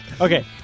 Okay